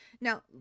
now